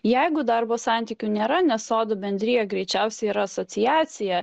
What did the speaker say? jeigu darbo santykių nėra nes sodų bendrija greičiausiai yra asociacija